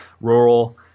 rural